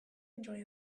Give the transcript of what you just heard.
enjoy